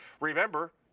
Remember